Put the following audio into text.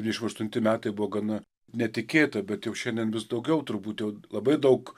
dvidešimt aštunti metai buvo gana netikėta bet jau šiandien vis daugiau turbūt jau labai daug